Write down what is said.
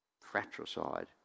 Fratricide